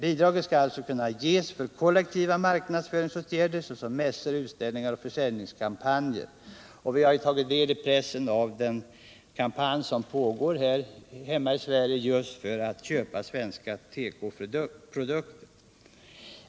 Bidrag skall alltså kunna ges för kollektiva marknadsföringsåtgärder såsom mässor, utställningar och försäljningskampanjer, och vi har i pressen tagit del av den kampanj som pågår här hemma i Sverige just för att köpa svenska tekoprodukter.